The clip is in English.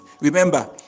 Remember